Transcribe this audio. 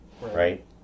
Right